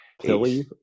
Pilly